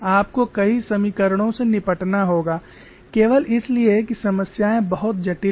आपको कई समीकरणों से निपटना होगा केवल इसलिए कि समस्याएं बहुत जटिल हैं